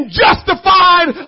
justified